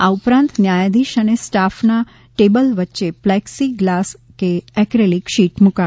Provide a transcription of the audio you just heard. આ ઉપરાંત ન્યાયાધીશ અને સ્ટાફના ટેબલ વચ્ચે પ્લેક્સી ગ્લાસ કે એક્રેલીક શીટ મૂકાશે